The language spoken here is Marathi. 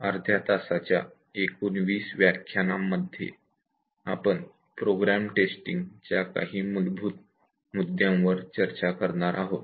अर्ध्या तासाच्या एकूण 20 व्याख्यानांमध्ये आपण प्रोग्राम टेस्टिंग च्या काही मूलभूत मुद्द्यांवर चर्चा करणार आहोत